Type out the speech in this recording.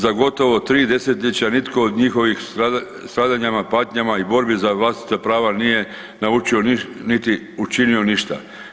Za gotovo 3 desetljeća nitko od njihovih stradanja, stradanjima, patnjama i borbi za vlastita prava nije naučio niti učinio ništa.